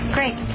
Great